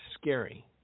scary